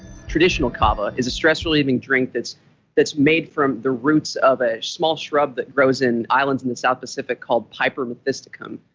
traditional kava is a stress-relieving drink that's that's made from the roots of a small shrub that grows in islands in the south pacific called piper methysticum.